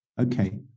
Okay